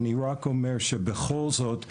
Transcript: רק אומר, שבכל זאת,